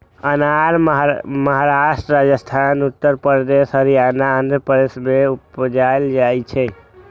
अनार महाराष्ट्र, राजस्थान, उत्तर प्रदेश, हरियाणा, आंध्र प्रदेश मे उपजाएल जाइ छै